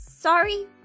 Sorry